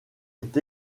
est